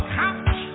couch